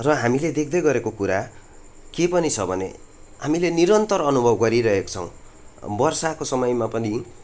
र हामीले देख्दै गरेको कुरा के पनि छ भने हामीले निरन्तर अनुभव गरिरहको छौँ वर्षाको समयमा पनि